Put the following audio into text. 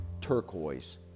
turquoise